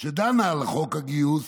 שדנה על חוק הגיוס,